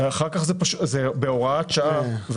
בהוראת שעה.